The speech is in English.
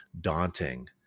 daunting